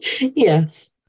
Yes